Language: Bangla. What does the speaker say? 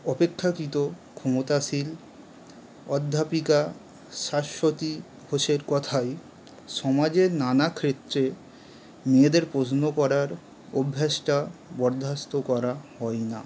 অপেক্ষাকৃত ক্ষমতাশীল অধ্যাপিকা শাশ্বতী ঘোষের কথায় সমাজের নানা ক্ষেত্রে মেয়েদের প্রশ্ন করার অভ্যাসটা বরদাস্ত করা হয় না